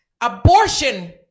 Abortion